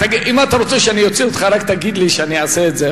אם אתה רוצה שאני אוציא אותך רק תגיד לי שאני אעשה את זה,